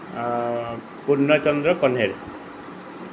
Purnachandra Kanher